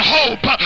hope